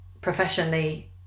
professionally